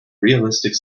realistic